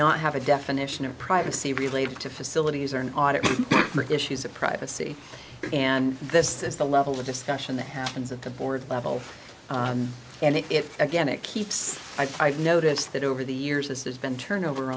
not have a definition of privacy related to facilities or an audit or issues of privacy and this is the level of discussion that happens at the board level and if again it keeps i've noticed that over the years this has been turnover